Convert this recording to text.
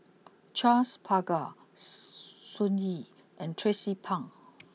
Charles Paglar Sun Yee and Tracie Pang